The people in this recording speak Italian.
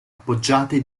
appoggiate